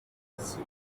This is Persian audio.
جنسی